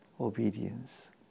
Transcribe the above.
obedience